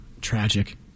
tragic